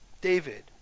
David